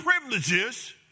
privileges